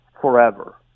forever